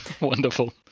Wonderful